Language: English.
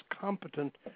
competent